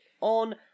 on